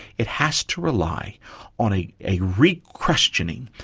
it has to rely on a a requestioning,